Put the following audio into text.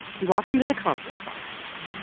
he walks into the consulate's office,